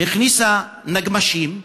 הכניסה נגמ"שים.